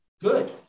good